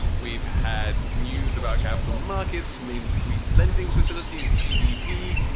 we've had news about capital markets. main street lending facilities, gdp.